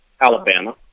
Alabama